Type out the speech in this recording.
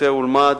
צא ולמד,